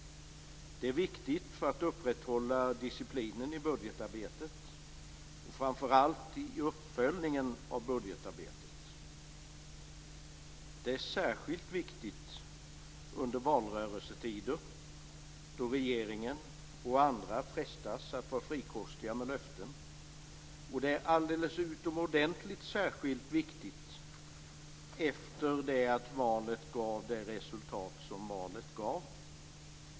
Det är viktigt för att upprätthålla disciplinen i budgetarbetet och framför allt i uppföljningen av budgetarbetet. Det är särskilt viktigt under valrörelsetider, då regeringen och andra frestas att vara frikostiga med löften. Det är alldeles utomordentligt särskilt viktigt med tanke på att valet gav det resultat som det gav.